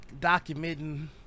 documenting